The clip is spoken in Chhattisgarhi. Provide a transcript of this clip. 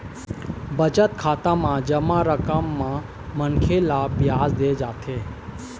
बचत खाता म जमा रकम म मनखे ल बियाज दे जाथे